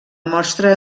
mostra